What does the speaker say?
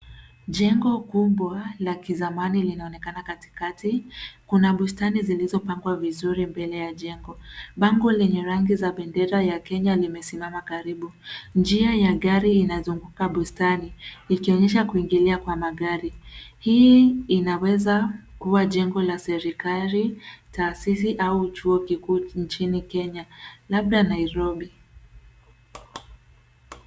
Jengo kubwa la kizamani linaonekana katikati. Kuna bustani zilizopangwa vizuri mbele ya jengo. Bango lenye rangi za bendera ya Kenya limesimama karibu. Njia ya gari inazunguka bustani ikionyesha kuingilia kwa magari. Hii inaweza kuwa jengo la serikali, taasisi au chuo kikuu nchini Kenya labda Nairobi.